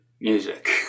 music